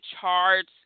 charts